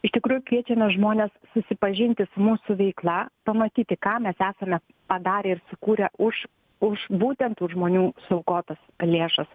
iš tikrųjų kviečiame žmones susipažinti su mūsų veikla pamatyti ką mes esame padarę ir sukūrę už už būtent tų žmonių suaukotas lėšas